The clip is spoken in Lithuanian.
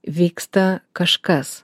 vyksta kažkas